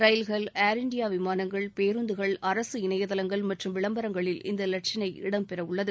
ரயில்கள் Air India விமானங்கள் பேருந்துகள் அரசு இணையதளங்கள் மற்றும் விளம்பரங்களில் இந்த இலச்சினைஇடம்பெறவுள்ளது